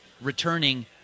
returning